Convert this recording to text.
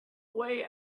way